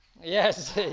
yes